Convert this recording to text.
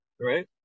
right